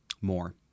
More